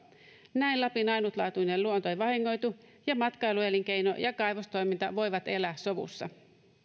näin lapin ainutlaatuinen luonto ei vahingoitu ja matkailuelinkeino ja kaivostoiminta voivat elää sovussa